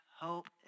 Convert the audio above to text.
hope